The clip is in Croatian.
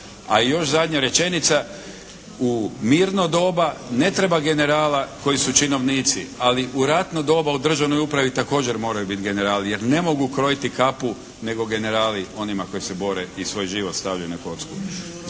A i još zadnja rečenica. U mirno doba ne treba generala koji su činovnici, ali u ratno doba u državnoj upravi također moraju biti generali, jer ne mogu krojiti kapu nego generali onima koji se bore i svoj život stavljaju na kocku.